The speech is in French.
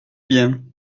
bien